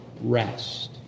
rest